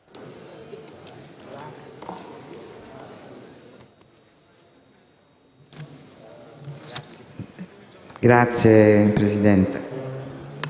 Grazie, Presidente.